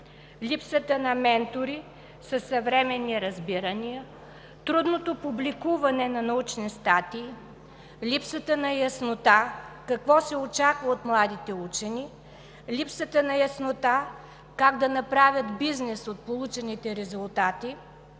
липсата на ментори със съвременни разбирания; трудното публикуване на научни статии; липсата на яснота какво се очаква от младите учени; липсата на яснота как да направят бизнес от получените резултати;